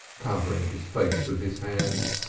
covering his face with his hands.